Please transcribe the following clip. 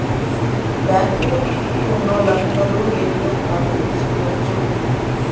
బ్యాంకులో అకౌంట్ ఉన్నోలందరు ATM card తీసుకొనచ్చు